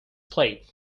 plate